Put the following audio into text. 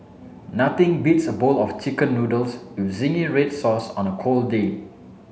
nothing beats a bowl of chicken noodles with zingy red sauce on a cold day